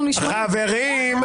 --- חברים,